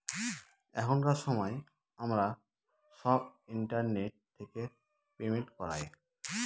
এখনকার সময় আমরা সব ইন্টারনেট থেকে পেমেন্ট করায়